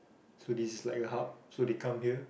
so this is like your hub so they come here